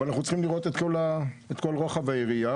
אבל אנחנו צריכים לראות את כל רוחב היריעה